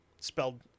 spelled